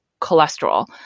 cholesterol